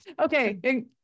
okay